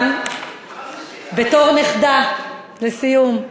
בתור נכדה, לסיום,